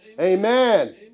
Amen